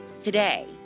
today